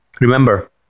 Remember